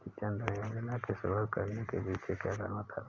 जन धन योजना की शुरुआत करने के पीछे क्या कारण था?